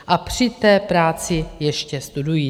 A při té práci ještě studují.